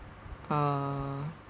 uh